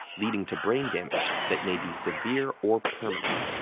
leading to brain damage that may be severe or permanent.